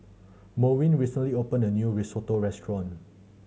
Merwin recently opened a new Risotto Restaurant